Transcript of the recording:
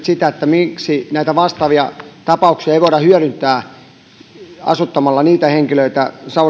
sitä miksi näitä vastaavia tapauksia ei voida hyödyntää asuttamalla savonlinnan talojen kaltaisiin taloihin niitä henkilöitä